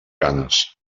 canes